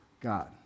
God